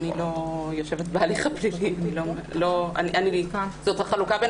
אני לא יושבת בהליך הפלילי זו החלוקה בין